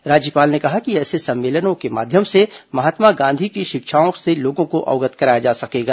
राज्यपाल ने कहा कि ऐसे सम्मेलनों के माध्यम से महात्मा गांधी की शिक्षाओं से लोगों को अवगत कराया जा सकेगा